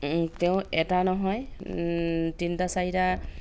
তেওঁ এটা নহয় তিনিটা চাৰিটা